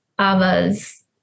Ava's